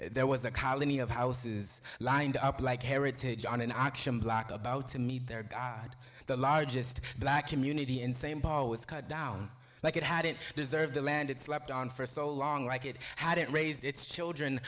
there was a colony of houses lined up like heritage on an auction block about to meet their god the largest black community in same power was cut down like it had it deserved the land it slapped on for so long like it had it raised its children